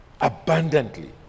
abundantly